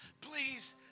Please